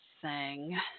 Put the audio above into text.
Sang